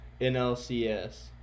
NLCS